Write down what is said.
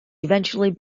eventually